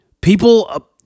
people